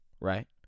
right